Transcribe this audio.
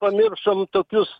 pamiršom tokius